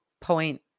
Point